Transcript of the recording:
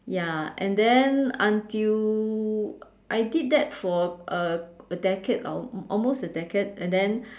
ya and then until I did that for a a decade or or almost a decade and then